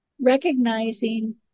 recognizing